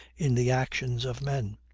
in the actions of men.